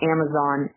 Amazon